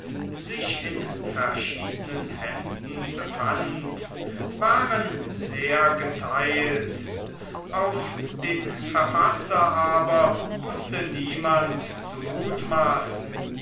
sich in verschiedenen händen befand waren sehr geteilt auf den verfasser aber wußte niemand zu mutmaßen